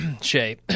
Shay